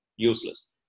useless